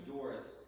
Doris